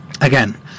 again